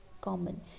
common